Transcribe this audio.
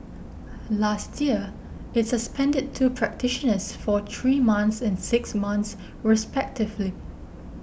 last year it suspended two practitioners for three months and six months respectively